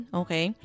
okay